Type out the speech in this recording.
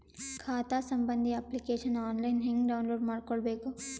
ಖಾತಾ ಸಂಬಂಧಿ application online ಹೆಂಗ್ ಡೌನ್ಲೋಡ್ ಮಾಡಿಕೊಳ್ಳಬೇಕು?